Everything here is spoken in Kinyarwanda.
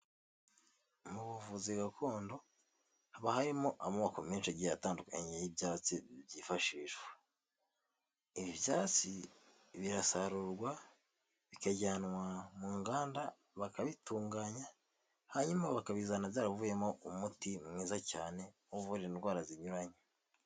Mu buvuzi gakondo haba harimowo amoko menshi igihe atandukanye y'ibyatsi byifashishwa ibyatsi birasarurwa bikajyanwa mu nganda bakabitunganya, hanyuma bakabizana byaravuyemo umuti mwiza cyane uvura indwara zinyuranye.